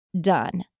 done